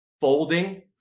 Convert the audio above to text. folding